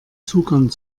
zugang